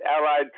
Allied